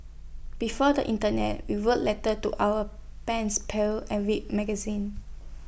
before the Internet we wrote letter to our pens pals and read magazines